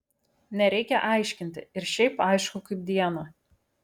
nereikia aiškinti ir šiaip aišku kaip dieną